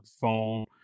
phone